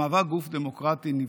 המהווה גוף דמוקרטי נבחר.